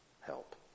help